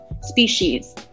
species